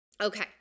Okay